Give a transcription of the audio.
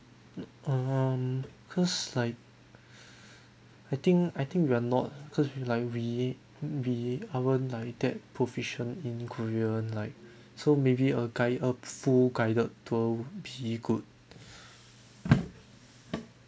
um cause like I think I think we are not cause like we we are aren't like that proficient in korea like so maybe a guide a full guided tour would be good